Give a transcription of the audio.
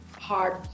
hard